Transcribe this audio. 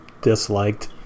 disliked